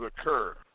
occur